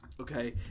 Okay